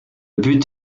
but